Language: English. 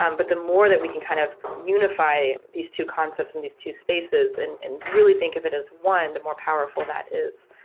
um but the more that we can kind of unify these two concepts and these two spaces and and really think of it as one, the more powerful that is.